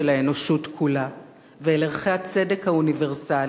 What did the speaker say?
האנושות כולה ואל ערכי הצדק האוניברסלי,